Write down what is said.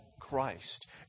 Christ